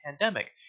pandemic